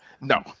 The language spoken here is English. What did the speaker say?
No